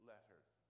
letters